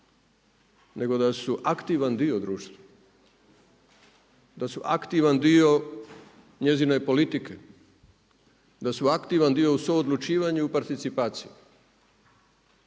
nego da su aktivan dio društva, da su aktivan dio njezine politike, da su aktivan dio u suodlučivanju i participaciji.